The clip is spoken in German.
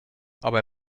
aber